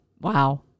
Wow